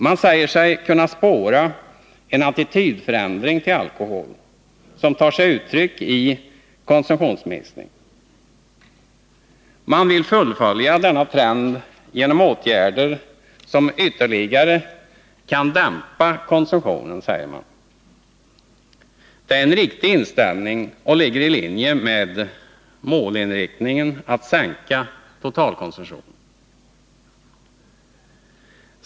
Man säger sig kunna spåra en attitydförändring till alkohol, som tar sig uttryck i konsumtionsminskning. Man vill fullfölja denna trend genom åtgärder som ytterligare kan dämpa konsumtionen. Det är en riktig inställning, och den ligger i linje med målinriktningen att sänka totalkonsumtionen.